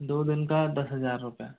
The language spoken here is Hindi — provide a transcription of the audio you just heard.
दो दिन का दस हजार रुपए